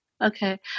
Okay